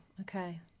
okay